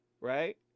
right